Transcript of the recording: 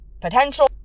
potential